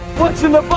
what's in the box.